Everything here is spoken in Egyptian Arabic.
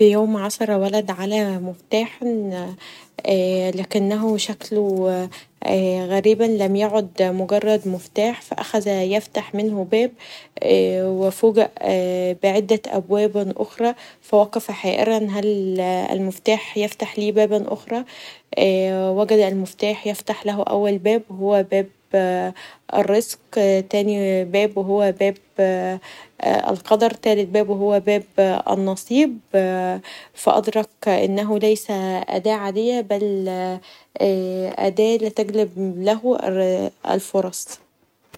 في يوم عثر ولد علي مفتاح و لكنه شكله غريبا لم يعد مجرد مفتاح فاخذ يفتح منه باب ففوجئ بعده أبواب اخري فوقف حائرا هل المفتاح يفتح لي باب آخر وجد المفتاح يفتح له اول باب وهو باب الرزق و تاني باب و هو باب القدر و تالت باب وهو باب النصيب فأدرك بانه لسه اداء عاديه لكنها اداء لتجلب له الفرص.